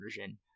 version